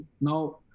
Now